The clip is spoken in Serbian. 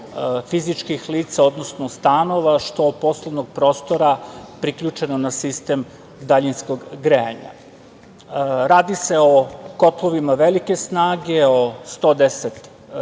fizičkih lica, odnosno stanova, što poslovnog prostora, priključeno na sistem daljinskog grejanja. Radi se o kotlovima velike snage, od 110